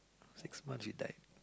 six months he died